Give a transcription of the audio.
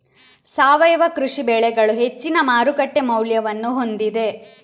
ಸಾವಯವ ಕೃಷಿ ಬೆಳೆಗಳು ಹೆಚ್ಚಿನ ಮಾರುಕಟ್ಟೆ ಮೌಲ್ಯವನ್ನು ಹೊಂದಿದೆ